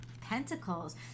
pentacles